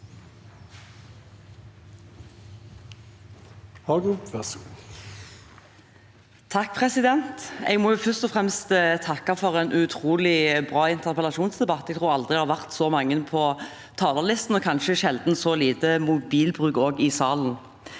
(H) Jeg må først og fremst takke for en utrolig bra interpellasjonsdebatt. Jeg tror aldri det har vært så mange på talerlisten og kanskje sjelden så lite mobilbruk i salen.